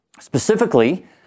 Specifically